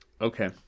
Okay